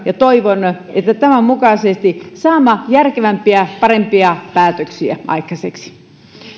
ja toivon että tämän mukaisesti saamme järkevämpiä parempia päätöksiä aikaiseksi